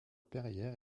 perrière